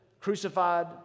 crucified